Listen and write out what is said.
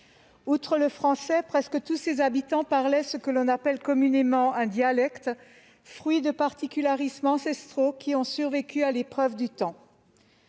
outre le français, presque tous ses habitants parlaient ce que l'on appelle communément un dialecte, fruit de particularismes ancestraux qui ont survécu à l'épreuve du temps.